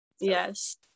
Yes